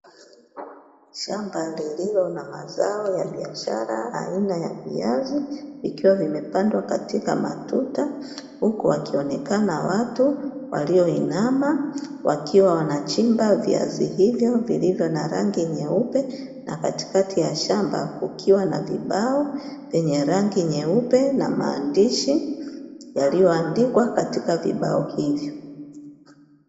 Shamba la lilo na mazao ya biashara aina ya viazi, likiwa limepandwa katika matuta. Huku wakionekana watu walioinama wakiwa wanachimba viazi hivyo vilivyo na rangi nyeupe, na katikati ya shamba kukiwa na vibao vyenye rangi nyeupe na maandishi yaliyoandikwa katika vibao hivyo.